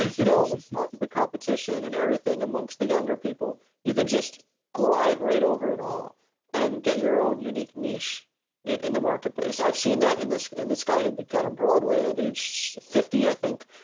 you know all the competition and everything amongst the younger people. you can just glide right over it all and get your own unique niche in in the marketplace. i've seen that in this in this guy who got on broadway at age fifty i think